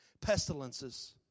pestilences